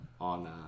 on